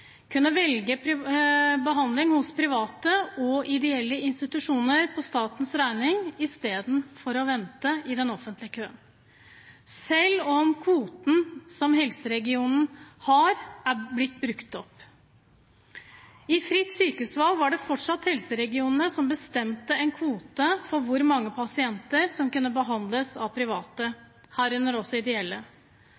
kunne velge behandling hos private og ideelle institusjoner på statens regning istedenfor å vente i den offentlige køen – selv om kvoten som helseregionen har, er blitt brukt opp. I fritt sykehusvalg var det fortsatt helseregionene som bestemte en kvote for hvor mange pasienter som kunne behandles av private, herunder også ideelle.